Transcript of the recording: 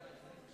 כבוד היושב-ראש,